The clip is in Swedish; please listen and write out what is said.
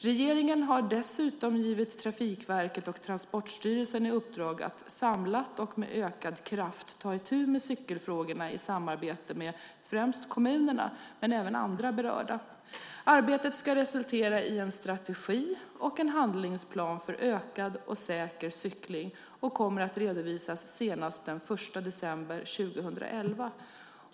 Regeringen har dessutom gett Trafikverket och Transportstyrelsen i uppdrag att samlat och med ökad kraft ta itu med cykelfrågorna i samarbete med främst kommunerna men även andra berörda. Arbetet ska resultera i en strategi och en handlingsplan för ökad och säker cykling och kommer att redovisas senast den 1 december 2011.